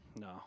No